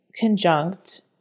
conjunct